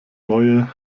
neue